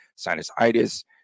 sinusitis